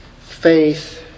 faith